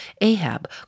Ahab